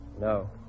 No